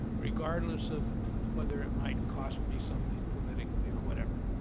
regardless of whether it might cause me something politically or whatever.